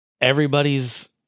everybody's